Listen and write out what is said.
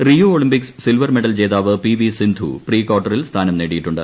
Rio Olympics silver medal ജോതാവ് P V Sindhu പ്രീക്വാർട്ടറിൽ സ്ഥാനം നേടിയിട്ടുണ്ട്